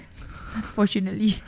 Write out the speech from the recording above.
unfortunately